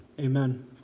Amen